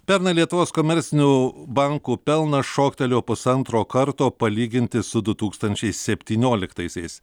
pernai lietuvos komercinių bankų pelnas šoktelėjo pusantro karto palyginti su du tūkstančiai septynioliktaisiais